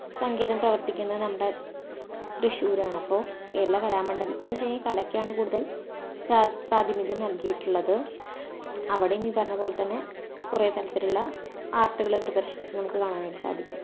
സംഗീതം പ്രവർത്തിക്കുന്ന നമ്മുടെ തൃശ്ശൂരാണ് അപ്പോൾ കേരള കലാമണ്ഡലത്ത് എന്ന് വച്ച് കഴിഞ്ഞാൽ കലക്കാണ് കൂടുതൽ പ്ര പ്രാതിനിധ്യം നൽകിയിട്ട് ഉള്ളത് അവടേയും ഈ പറഞ്ഞത് പോലെ തന്നെ കുറെ തരത്തിലുള്ള ആർട്ട്കള് പ്രദർശിപ്പിച്ച് നമുക്ക് കാണാനായിട്ട് സാധിക്കും